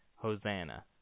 Hosanna